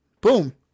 Boom